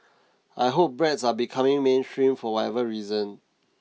I hope breads are becoming mainstream for whatever reason